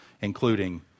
including